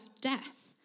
death